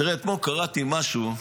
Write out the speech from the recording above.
תראה, אתמול קראתי משהו,